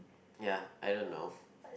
ya I don't know